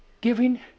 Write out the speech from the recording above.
Giving